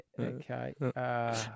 Okay